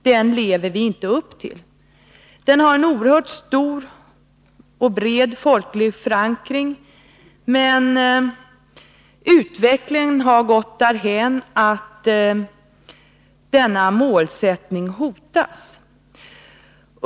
Denna deklaration har en mycket stor och bred folklig förankring, men utvecklingen har gått därhän att målsättningen hotas.